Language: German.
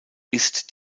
ist